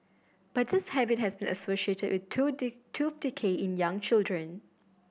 but this habit has been associated with tooth tooth decay in young children